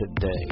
today